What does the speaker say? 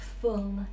full